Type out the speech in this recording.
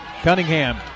Cunningham